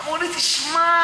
אמרו לי: תשמע,